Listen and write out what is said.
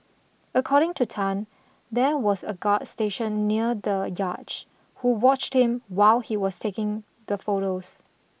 according to Tan there was a guard stationed near the yacht who watched him while he was taking the photos